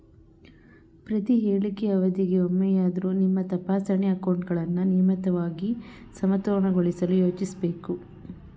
ಪ್ರತಿಹೇಳಿಕೆ ಅವಧಿಗೆ ಒಮ್ಮೆಯಾದ್ರೂ ನಿಮ್ಮ ತಪಾಸಣೆ ಅಕೌಂಟ್ಗಳನ್ನ ನಿಯಮಿತವಾಗಿ ಸಮತೋಲನಗೊಳಿಸಲು ಯೋಚಿಸ್ಬೇಕು